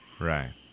Right